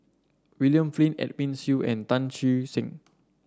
William Flint Edwin Siew and Tan Che Sang